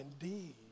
indeed